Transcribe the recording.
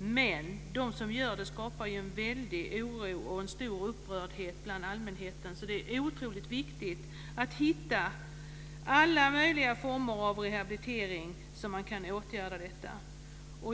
men de som gör det skapar en väldig oro och en stor upprördhet bland allmänheten. Det är därför oerhört viktigt att komma fram till alla möjliga former av rehabilitering för att motverka detta.